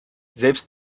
selbst